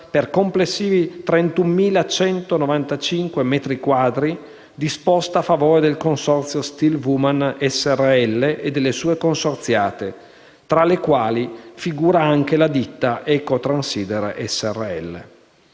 per complessivi 31.195 metri quadri disposta a favore del consorzio Steel Woman srl e delle sue consorziate, tra le quali figura anche la ditta Eco Transider Srl.